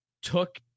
took